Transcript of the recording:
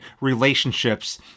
relationships